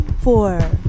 four